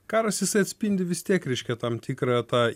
karas jisai atspindi vis tiek reiškia tam tikrą tą